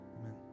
Amen